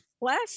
last